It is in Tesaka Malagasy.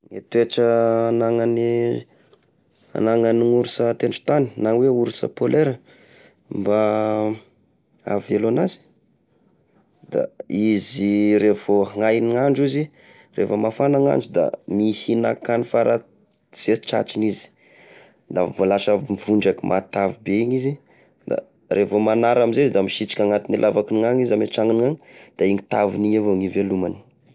Gne toetra anagnane agnanagn'orsa an-tendrontany na oe orsa polaire mba havelo anazy! da izy revô, haignandro izy! Rehefa mafana gnandro da mihinankany faranze fatratriny izy! Da vô lasa vondraky matavy be igny izy, da rehefa vô magnara amizay izy misitriky anaty lavakiny agny izy ame tragnony agny! Da igny taviny igny evao gn'ivelomany.